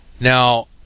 Now